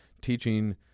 teaching